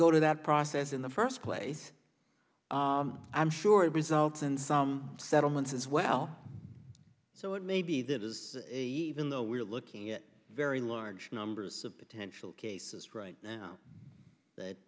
go to that process in the first place i'm sure it results in some settlements as well so it may be that is even though we're looking at very large numbers of potential cases right now that